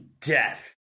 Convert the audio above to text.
death